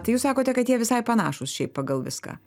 tai jūs sakote kad jie visai panašūs šiaip pagal viską